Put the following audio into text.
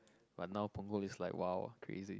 but now Punggol is like !wow! crazy